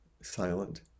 Silent